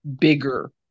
bigger